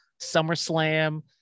SummerSlam